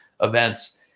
events